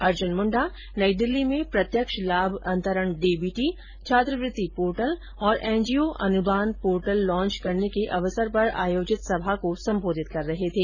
अर्जुन मुंडा नई दिल्ली में प्रत्यक्ष लाभ अंतरण डीबीटी छात्रवृत्ति पोर्टल और एनजीओ अनुदान पोर्टल लॉन्च करने के अवसर पर आयोजित सभा को संबोधित कर रहे थे